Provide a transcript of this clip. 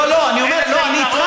לא, לא, אני אומר, לא, אני איתך.